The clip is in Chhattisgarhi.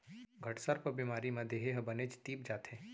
घटसर्प बेमारी म देहे ह बनेच तीप जाथे